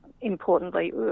importantly